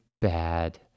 bad